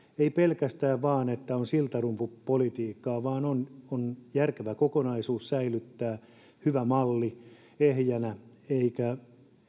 ole pelkästään vain se että tämä on siltarumpupolitiikkaa vaan on järkevä kokonaisuus hyvä malli säilyttää ehjänä eikä